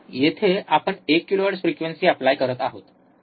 येथे आपण एक किलोहर्ट्झ फ्रिक्वेंसी ऎप्लाय करत आहोत